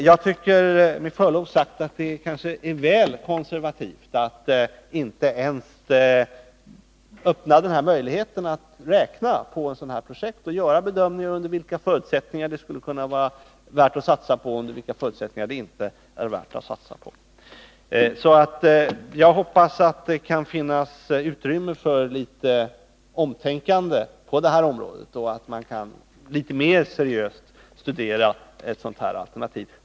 Jag tycker med förlov sagt att det är väl konservativt att inte ens öppna för möjligheten att räkna på ett sådant här projekt och göra en bedömning av under vilka förutsättningar det skulle kunna vara värt att satsa på. Jag hoppas att det kan finnas utrymme för litet omtänkande på detta område och att man litet mer seriöst studerar ett sådant här alternativ.